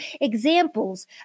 examples